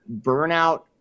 burnout